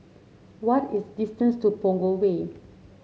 what is the distance to Punggol Way